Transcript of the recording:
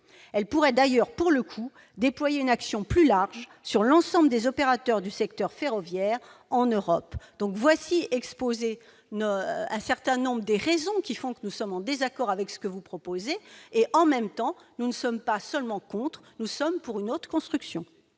Elle pourrait d'ailleurs, pour le coup, déployer une action plus large sur l'ensemble des opérateurs du secteur ferroviaire en Europe. Voici exposées un certain nombre de raisons qui font que nous sommes en désaccord, madame la ministre, avec ce que vous proposez dans votre amendement et, en même temps, nous ne sommes pas seulement contre votre réforme, nous sommes pour une autre construction.